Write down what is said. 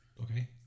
Okay